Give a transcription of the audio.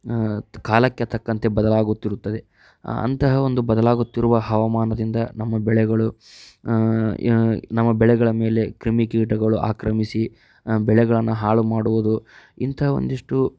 ಕಾಲಕ್ಕೆ ತಕ್ಕಂತೆ ಬದಲಾಗುತ್ತಿರುತ್ತದೆ ಅಂತಹ ಒಂದು ಬದಲಾಗುತ್ತಿರುವ ಹವಾಮಾನದಿಂದ ನಮ್ಮ ಬೆಳೆಗಳು ನಮ್ಮ ಬೆಳೆಗಳ ಮೇಲೆ ಕ್ರಿಮಿಕೀಟಗಳು ಆಕ್ರಮಿಸಿ ಬೆಳೆಗಳನ್ನು ಹಾಳು ಮಾಡುವುದು ಇಂತಹ ಒಂದಷ್ಟು